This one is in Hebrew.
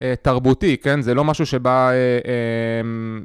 תרבותי כן זה לא משהו שבא